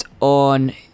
on